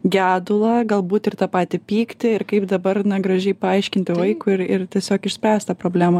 gedulą galbūt ir tą patį pyktį ir kaip dabar na gražiai paaiškinti vaikui ir ir tiesiog išspręst tą problemą